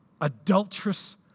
adulterous